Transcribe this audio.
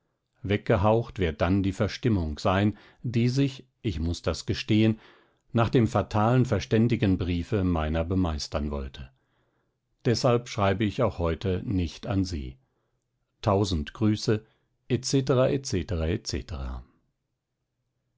weggehaucht wird dann die verstimmung sein die sich ich muß das gestehen nach dem fatalen verständigen briefe meiner bemeistern wollte deshalb schreibe ich auch heute nicht an sie tausend grüße